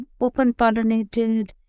open-pollinated